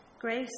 grace